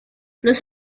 los